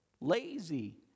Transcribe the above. lazy